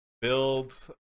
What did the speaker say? builds